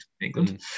England